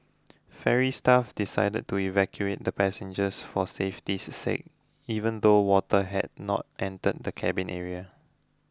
ferry staff decided to evacuate the passengers for safety's sake even though water had not entered the cabin area